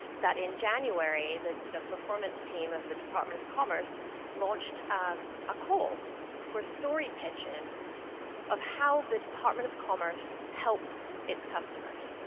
in january, the the performance team of the department of commerce launched a call for story pitches of how the department of commerce helps it's customers.